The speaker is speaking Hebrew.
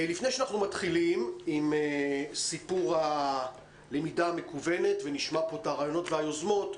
לפני שמתחילים עם סיפור הלמידה המכוונת ונשמע פה את הרעיונות והיוזמות,